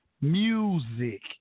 music